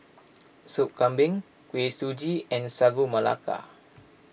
Soup Kambing Kuih Suji and Sagu Melaka